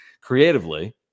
Creatively